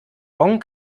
bon